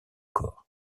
corps